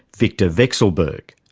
victor vekselberg.